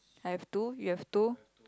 I've two you have two